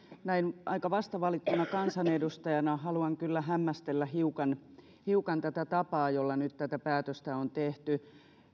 näin aika vastavalittuna kansanedustajana haluan kyllä hämmästellä hiukan hiukan tätä tapaa jolla nyt tätä päätöstä on tehty